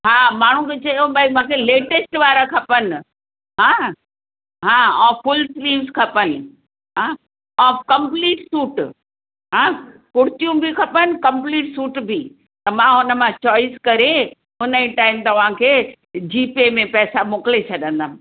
हा माण्हुनि खे चयो भई मूंखे लेटेस्ट वारा खपनि हा हा ऐं फ़ुल स्लीव्स खपनि हा ऐं कम्पलीट सूट हा कुर्तियूं बि खपनि कम्पलीट सूट बि त मां हुन मां चॉइस करे हुन ई टाइम तव्हांखे जी पे में पैसा मोकिले छॾंदमि